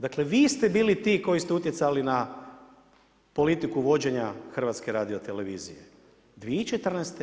Dakle, vi ste bili ti koji ste utjecali na politiku vođenja Hrvatske radiotelevizije 2014.